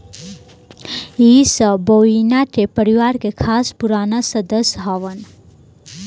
इ सब बोविना के परिवार के खास पुराना सदस्य हवन